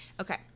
okay